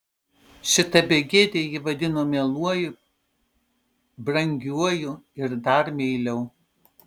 šita begėdė jį vadino mieluoju brangiuoju ir dar meiliau